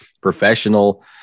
professional